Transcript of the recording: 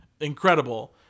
incredible